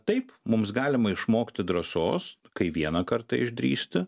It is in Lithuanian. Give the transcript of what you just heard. taip mums galima išmokti drąsos kai vieną kartą išdrįsti